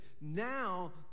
now